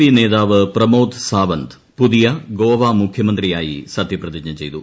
P നേതാവ് പ്രമോദ് സാവന്ത് പുതിയ ഗോവ മുഖ്യമന്ത്രിയായി സത്യപ്രതിജ്ഞ ചെയ്തു